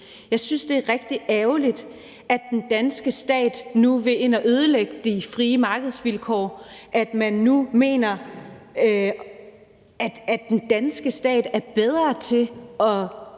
Jeg synes, det er rigtig ærgerligt, at den danske stat nu vil ind at ødelægge de frie markedsvilkår, og at man nu mener, at den danske stat er bedre til at